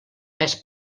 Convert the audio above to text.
més